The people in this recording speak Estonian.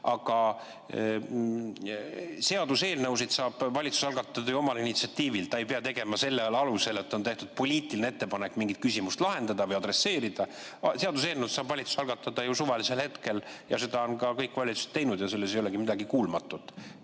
Aga seaduseelnõusid saab valitsus algatada ju omal initsiatiivil, ta ei pea seda tegema sellel alusel, et on tehtud poliitiline ettepanek mingit küsimust lahendada. Seaduseelnõusid saab valitsus algatada ju suvalisel hetkel ja seda on ka kõik valitsused teinud, selles ei olegi midagi ennekuulmatut.